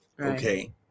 Okay